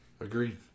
Agreed